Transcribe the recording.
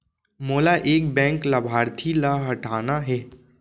मोला एक बैंक लाभार्थी ल हटाना हे?